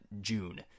June